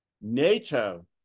NATO